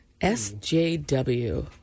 SJW